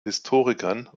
historikern